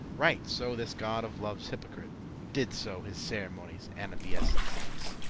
right so this god of love's hypocrite did so his ceremonies and obeisances,